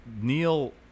Neil